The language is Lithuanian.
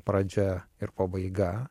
pradžia ir pabaiga